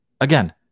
Again